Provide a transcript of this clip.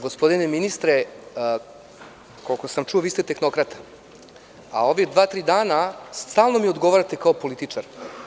Gospodine ministre, koliko sam čuo, vi ste tehnokrata, a ova dva, tri dana stalno odgovarate kao političar.